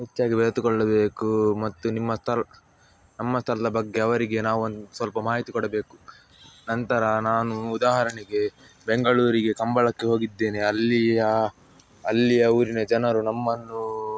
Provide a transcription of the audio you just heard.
ಹೆಚ್ಚಾಗಿ ಬೆರೆತುಕೊಳ್ಳಬೇಕು ಮತ್ತು ನಿಮ್ಮ ಸ್ಥಳ ನಮ್ಮ ಸ್ಥಳದ ಬಗ್ಗೆ ಅವರಿಗೆ ನಾವು ಒಂದು ಸ್ವಲ್ಪ ಮಾಹಿತಿ ಕೊಡಬೇಕು ನಂತರ ನಾನು ಉದಾಹರಣೆಗೆ ಬೆಂಗಳೂರಿಗೆ ಕಂಬಳಕ್ಕೆ ಹೋಗಿದ್ದೇನೆ ಅಲ್ಲಿಯ ಅಲ್ಲಿಯ ಊರಿನ ಜನರು ನಮ್ಮನ್ನು